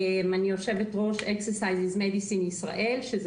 אני יושבת-ראש EXERCISE IS MEDICINE ישראל שזה